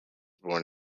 born